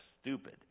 stupid